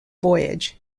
voyage